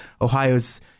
Ohio's